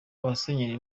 abasenyeri